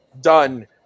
done